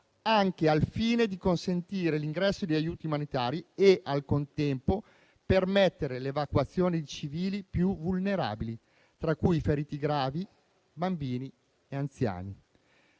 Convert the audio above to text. anche al fine di consentire l'ingresso di aiuti umanitari e, al contempo, permettere l'evacuazione di civili più vulnerabili, tra cui feriti gravi, bambini e anziani;